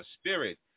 spirit